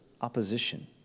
opposition